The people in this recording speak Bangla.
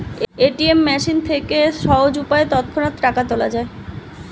এ.টি.এম মেশিন থেকে সহজ উপায়ে তৎক্ষণাৎ টাকা তোলা যায়